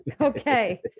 Okay